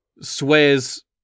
swears